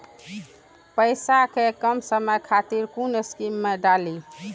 पैसा कै कम समय खातिर कुन स्कीम मैं डाली?